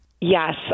yes